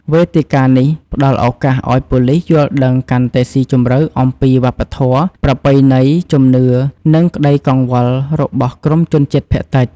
វេទិកានេះផ្តល់ឱកាសឲ្យប៉ូលិសយល់ដឹងកាន់តែស៊ីជម្រៅអំពីវប្បធម៌ ប្រពៃណី ជំនឿ និងក្តីកង្វល់របស់ក្រុមជនជាតិភាគតិច។